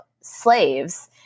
slaves